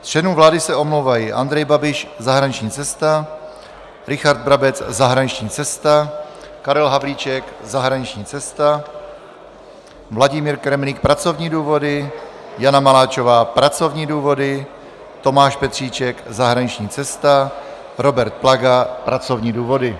Z členů vlády se omlouvají: Andrej Babiš zahraniční cesta, Richard Brabec zahraniční cesta, Karel Havlíček zahraniční cesta, Vladimír Kremlík pracovní důvody, Jana Maláčová pracovní důvody, Tomáš Petříček zahraniční cesta, Robert Plaga pracovní důvody.